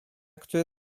które